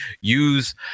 use